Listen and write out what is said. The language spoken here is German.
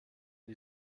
die